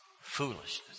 foolishness